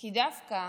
כי דווקא